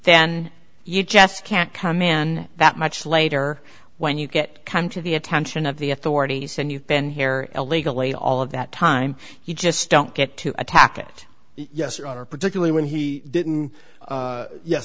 then you just can't command that much later when you get come to the attention of the authorities and you've been here illegally all of that time you just don't get to attack it yes your honor particularly when he didn't